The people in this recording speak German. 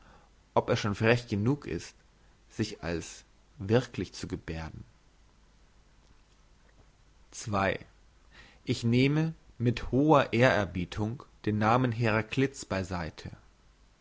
ob er schon frech genug ist sich als wirklich zu gebärden ich nehme mit hoher ehrerbietung den namen heraklit's bei seite